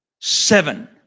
Seven